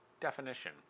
Definition